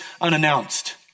unannounced